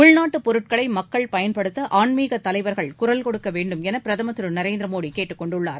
உள்நாட்டுபொருட்களைமக்கள் பயன்படுத்தஆன்மீகதலைவா்கள் சூரல் கொடுக்கவேண்டுமெனபிரதமா் திருநரேந்திரமோடிகேட்டுக் கொண்டுள்ளார்